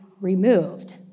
removed